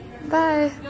Bye